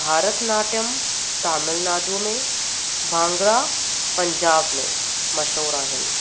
भरतनाट्यम तमिलनाडू में भांगड़ा पंजाब में मशहूरु आहिनि